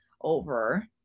over